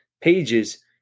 pages